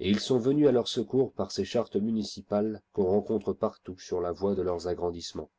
et ils sont venus à leur secours par ces chartes municipales qu'on rencontre partout sur la voie de leurs agrandissements